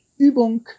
Übung